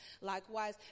Likewise